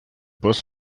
boss